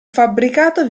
fabbricato